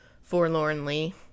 forlornly